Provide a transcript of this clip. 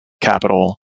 capital